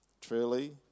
Truly